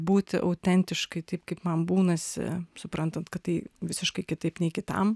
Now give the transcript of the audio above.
būti autentiškai taip kaip man būnasi suprantant kad tai visiškai kitaip nei kitam